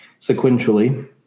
sequentially